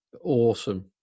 awesome